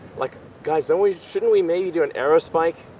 like, guys, don't we, shouldn't we maybe do an aerospike,